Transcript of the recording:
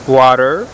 water